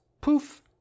poof